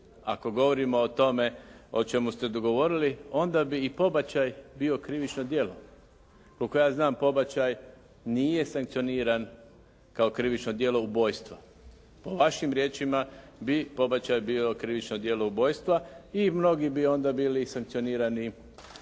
ako govorimo o tome o čemu ste govorili onda bi i pobačaj bio krivično djelo. Koliko ja znam pobačaj nije sankcioniran kao krivično djelo ubojstva. Po vašim riječima bi pobačaj bio krivično djelo ubojstva i mnogi bi onda bili sankcionirani